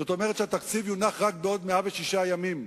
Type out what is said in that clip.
זאת אומרת שהתקציב יונח רק בעוד 106 ימים,